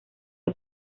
del